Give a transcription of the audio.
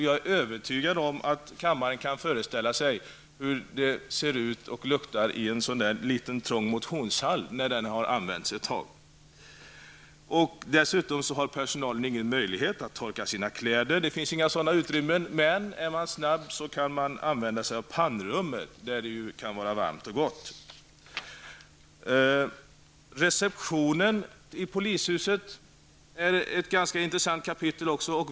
Jag är övertygad om att kammaren kan föreställa sig hur det ser ut och luktar i en sådan liten trång motionshall, när den har använts ett tag. Personalen har ingen möjlighet att torka sina kläder. Det finns inget utrymme för det, men man kan ibland använda sig av pannrummet, där det ju kan vara varmt och gott. Receptionen och telefonväxeln i polishuset är ett ganska intressant kapitel.